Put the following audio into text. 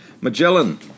Magellan